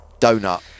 donut